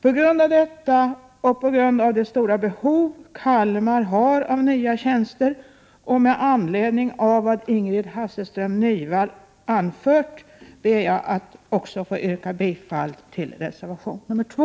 På grund av detta och de stora behov som Kalmar har av nya tjänster samt med anledning av vad Ingrid Hasselström Nyvall anförde vill också jag yrka bifall till reservation nr 2.